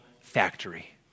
factory